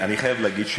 אני חייב להגיד,